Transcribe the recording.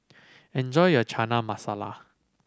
enjoy your Chana Masala